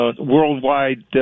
worldwide